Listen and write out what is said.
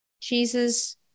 Jesus